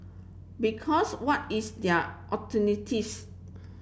because what is their alternatives